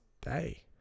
day